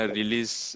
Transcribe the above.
release